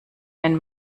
wenn